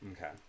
Okay